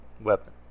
weapon